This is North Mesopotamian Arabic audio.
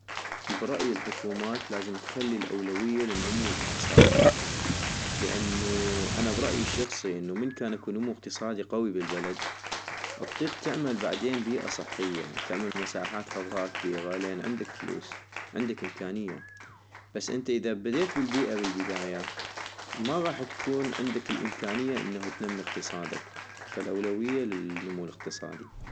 برأيي الحكومات لازم تخلي الاولوية للنمو الاقتصادي - لانوو انا برأيي الشخصي انو من كان اكو نمو اقتصادي قوي بالبلد اطيق تعمل بعدين بيئة صحية تعمل مساحات خضغا كبيغة لان عندك فلوس عندك امكانية - بس انت اذا بديت بالبيئة بالبداية ما غاح تكون عندك الاولوية انو تنمي اقتصادك، فالاولوية للنمو الاقتصادي